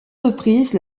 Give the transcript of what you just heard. reprises